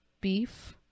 beef